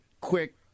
quick